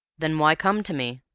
then why come to me?